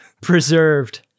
preserved